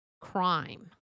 crime